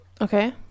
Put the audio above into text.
Okay